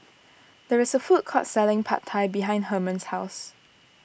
there is a food court selling Pad Thai behind Hermon's house